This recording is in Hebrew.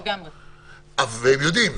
והם יודעים,